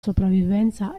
sopravvivenza